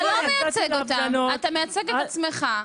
אתה לא מייצג אותם, אתה מייצג את עצמך.